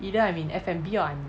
either I'm in F&B or I am not